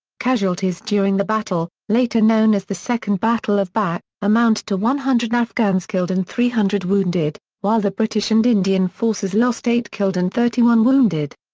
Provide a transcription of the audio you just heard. casualties during the battle, later known as the second battle of bagh, amounted to one hundred afghans killed and three hundred wounded, while the british and indian forces lost eight killed and thirty one wounded.